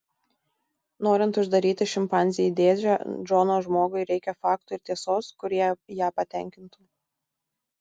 norint uždaryti šimpanzę į dėžę džono žmogui reikia faktų ir tiesos kurie ją patenkintų